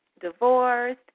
divorced